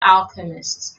alchemist